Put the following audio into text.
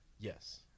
Yes